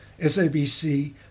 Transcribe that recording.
SABC